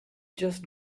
just